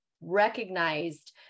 recognized